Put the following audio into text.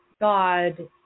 God